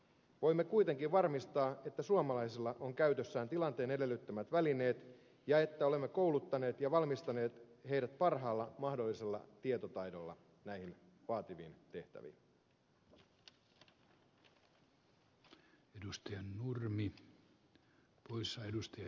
voimme kuitenkin varmistaa että suomalaisilla on käytössään tilanteen edellyttämät välineet ja että olemme kouluttaneet ja valmistaneet joukot parhaalla mahdollisella tietotaidolla näihin vaativiin tehtäviin